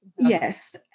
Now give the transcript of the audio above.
Yes